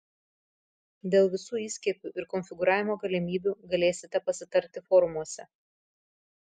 dėl visų įskiepių ir konfigūravimo galimybių galėsite pasitarti forumuose